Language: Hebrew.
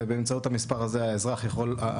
ובאמצעות המספר הזה הנקנס,